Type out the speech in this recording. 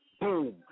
Boom